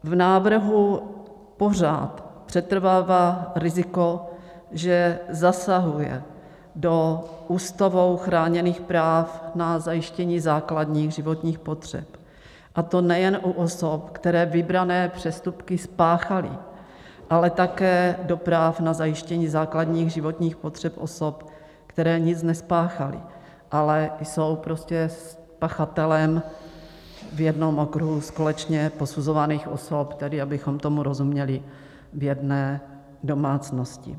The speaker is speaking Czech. V návrhu pořád přetrvává riziko, že zasahuje do Ústavou chráněných práv na zajištění základních životních potřeb, a to nejen u osob, které vybrané přestupky spáchaly, ale také do práv na zajištění základních životních potřeb osob, které nic nespáchaly, ale jsou s pachatelem v jednom okruhu společně posuzovaných osob, tedy abychom tomu rozuměli, v jedné domácnosti.